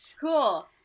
cool